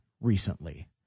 recently